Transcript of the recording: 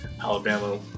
Alabama